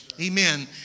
amen